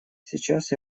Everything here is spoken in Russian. сейчас